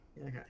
Okay